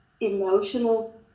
emotional